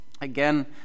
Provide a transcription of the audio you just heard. Again